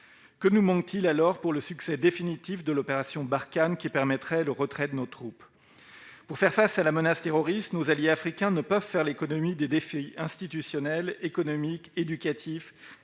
Que nous manque-t-il, alors, pour assurer le succès définitif de l'opération Barkhane, qui permettrait le retrait de nos troupes ? Pour faire face à la menace terroriste, nos alliés africains ne peuvent faire l'économie des défis institutionnels, économiques, éducatifs